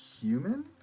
human